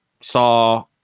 saw